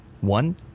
one